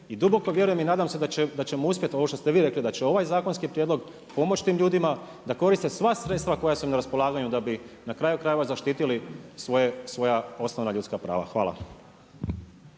duboko vjerujem i nadam se da ćemo uspjeti ovo što ste vi rekli, da će ovaj zakonski prijedlog pomoći tim ljudima, da koriste sva sredstva koja su im na raspolaganju, da bi na kraju krajeva zaštitili svoja osnovna ljudska prava. Hvala.